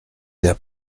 der